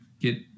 get